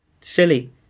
silly